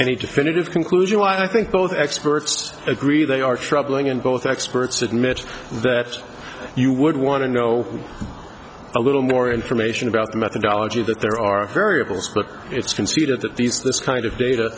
any definitive conclusion what i think both experts agree they are troubling and both experts admit that you would want to know a little more information about the methodology that there are variables but it's conceded that these this kind of data